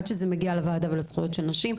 עד שזה מגיע לוועדה ולזכויות של נשים,